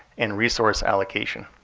and resource allocation.